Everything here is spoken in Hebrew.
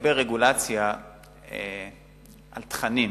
לגבי רגולציה על תכנים,